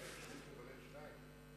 היית צריך לברך שתיים.